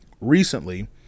recently